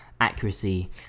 accuracy